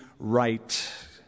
right